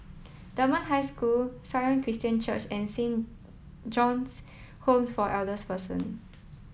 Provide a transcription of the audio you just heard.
Dunman High School Sion Christian Church and Saint John's Homes for Elders Person